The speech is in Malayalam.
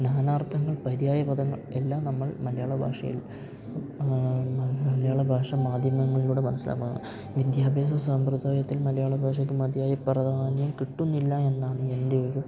നാനർത്ഥങ്ങൾ പര്യായ പദങ്ങൾ എല്ലാം നമ്മൾ മലയാള ഭാഷയിൽ മലയാള ഭാഷ മാധ്യമങ്ങളിലൂടെ മനസ്സിലാക്കാൻ വിദ്യാഭ്യാസ സമ്പ്രദായത്തിൽ മലയാള ഭാഷക്ക് മതിയായ പ്രധാന്യം കിട്ടുന്നില്ല എന്നാണ് എൻ്റെ ഒരു